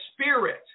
spirit